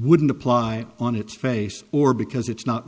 wouldn't apply on its face or because it's not